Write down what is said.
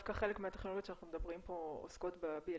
דווקא חלק מהטכנולוגיות שאנחנו מדברים עליהן פה עוסקות ב-BLE,